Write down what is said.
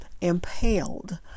impaled